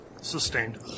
Sustained